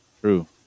true